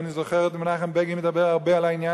ואני זוכר את מנחם בגין מדבר הרבה על העניין